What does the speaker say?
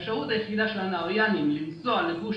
האפשרות היחידה של הנהריינים לנסוע לגוש